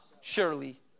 surely